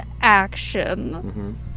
action